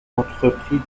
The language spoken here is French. entreprit